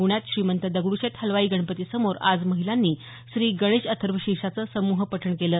प्ण्यात श्रीमंत दगडूशेठ हलवाई गणपतीसमोर आज महिलांनी श्रीगणेश अथर्वशीर्षाचं समूहपठण केलं